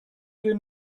denn